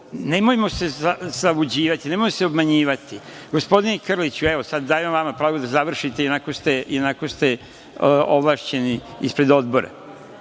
Nemojmo se zaluđivati, nemojmo se obmanjivati. Gospodine Krliću, evo, sad dajem vama pravo da završite, ionako ste ovlašćeni ispred Odbora,